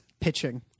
pitching